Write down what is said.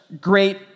great